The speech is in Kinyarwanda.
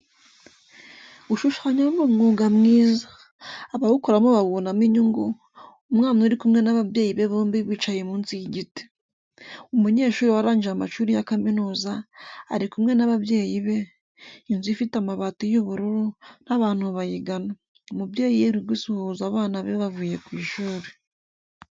Gushushanya ni umwuga mwiza, abawukora bawubonamo inyungu, umwana uri kumwe n'ababyeyi be bombi bicaye munsi y'igiti. Umunyeshuri warangije amashuri ya kaminuza, ari kumwe n'ababyeyi be, inzu ifite amabati y'ubururu n'abantu bayigana, umubyeyi uri gusuhuza abana be bavuye ku ishuri.